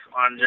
on